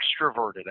extroverted